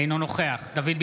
אינו נוכח דוד ביטן,